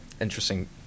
interesting